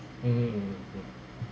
mm